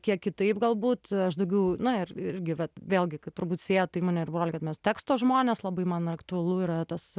kiek kitaip galbūt aš daugiau na ir irgi vat vėlgi turbūt sieja tai mane ir brolį kad mes teksto žmonės labai man aktualu yra tas